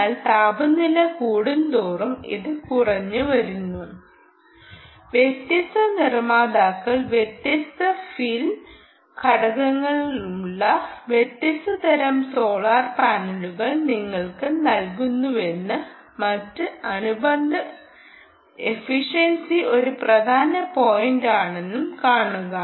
എന്നാൽ താപനില കൂടുംതോറും ഇത് കുറഞ്ഞുവരുന്നു വ്യത്യസ്ത നിർമ്മാതാക്കൾ വ്യത്യസ്ത ഫിൽ ഘടകങ്ങളുള്ള വ്യത്യസ്ത തരം സോളാർ സെല്ലുകൾ നിങ്ങൾക്ക് നൽകുന്നുവെന്നും മറ്റ് അനുബന്ധ എഫിഷൻസി ഒരു പ്രധാന പോയിന്റാണെന്നും കാണുക